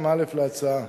להצעה.